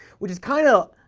which is kinda.